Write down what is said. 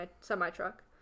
semi-truck